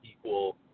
equal